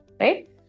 right